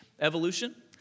evolution